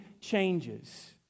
changes